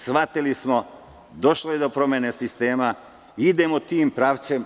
Shvatili smo, došlo je do promene sistema, idemo tim pravcem.